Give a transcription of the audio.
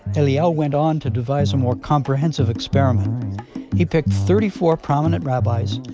eliyahu went on to devise a more comprehensive experiment he picked thirty-four prominent rabbis,